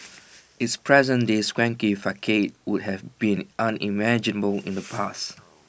its present day swanky facade would have been unimaginable in the past